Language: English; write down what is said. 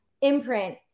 imprint